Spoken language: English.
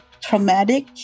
traumatic